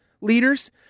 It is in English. leaders